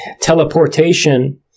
teleportation